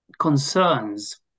concerns